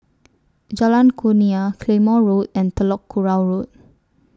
Jalan Kurnia Claymore Road and Telok Kurau Road